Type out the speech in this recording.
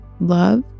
love